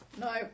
No